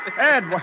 Ed